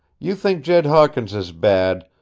you think jed hawkins is bad.